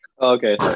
okay